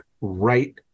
right